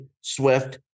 Swift